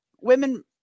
women